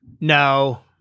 No